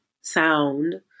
sound